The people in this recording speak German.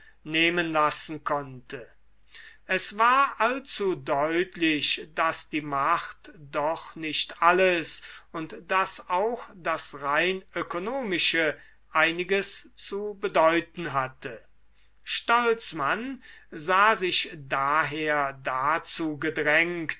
nehmen lassen konnte es war allzu deutlich daß die macht doch nicht alles und daß auch das rein ökonomische einiges zu bedeuten hatte stolz mann sah sich daher dazu gedrängt